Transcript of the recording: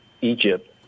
Egypt